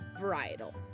varietal